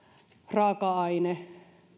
raaka aine